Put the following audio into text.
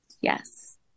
Yes